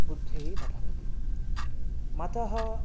बुद्धिः न भवति मतः